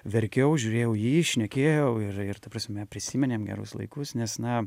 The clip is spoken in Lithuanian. verkiau žiūrėjau į jį šnekėjau ir ir ta prasme prisiminėm gerus laikus nes na